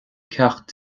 ceacht